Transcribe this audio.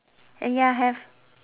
and ya have